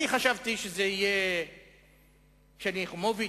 חשבתי שזאת תהיה שלי יחימוביץ,